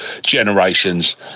generations